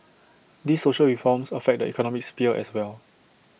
these social reforms affect the economic sphere as well